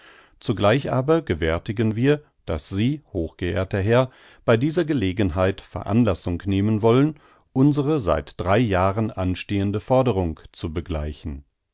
zugleich aber gewärtigen wir daß sie hochgeehrter herr bei dieser gelegenheit veranlassung nehmen wollen unsre seit drei jahren anstehende forderung zu begleichen